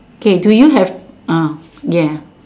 okay do you have uh yeah